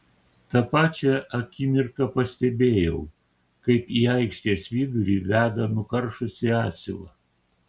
tą pačią akimirką pastebėjau kaip į aikštės vidurį veda nukaršusį asilą